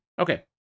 Okay